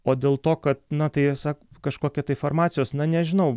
o dėl to kad na tai esą kažkokia tai farmacijos na nežinau